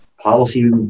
policy